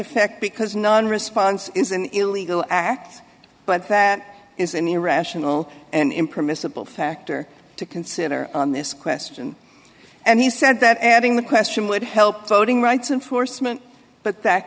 effect because non response is an illegal act but that is an irrational and impermissible factor to consider on this question and he said that adding the question would help voting rights enforcement but that